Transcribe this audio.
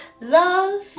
love